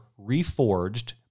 reforged